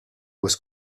was